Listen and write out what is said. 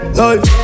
life